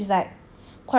ya and she's like